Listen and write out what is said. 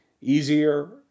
easier